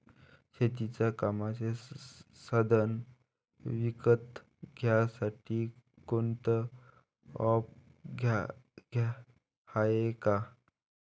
शेतीच्या कामाचे साधनं विकत घ्यासाठी कोनतं ॲप हाये का?